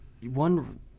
one